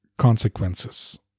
consequences